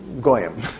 Goyim